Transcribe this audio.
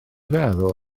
feddwl